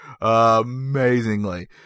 amazingly